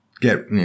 get